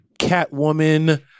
Catwoman